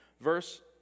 Verse